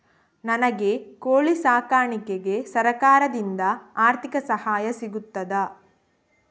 ನನಗೆ ಕೋಳಿ ಸಾಕಾಣಿಕೆಗೆ ಸರಕಾರದಿಂದ ಆರ್ಥಿಕ ಸಹಾಯ ಸಿಗುತ್ತದಾ?